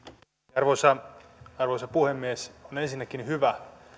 arvoisa arvoisa puhemies on ensinnäkin hyvä